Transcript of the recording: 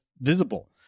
visible